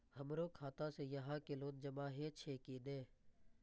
हमरो खाता से यहां के लोन जमा हे छे की ने?